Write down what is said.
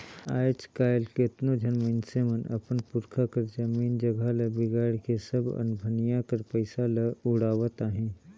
आएज काएल केतनो झन मइनसे मन अपन पुरखा कर जमीन जगहा ल बिगाएड़ के सब अनभनिया कर पइसा ल उड़ावत अहें